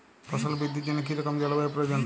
ফসল বৃদ্ধির জন্য কী রকম জলবায়ু প্রয়োজন?